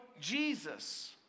Jesus